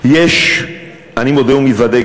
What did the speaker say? ואני מודה ומתוודה,